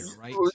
right